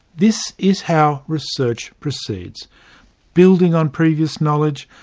this is how research proceeds building on previous knowledge,